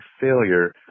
failure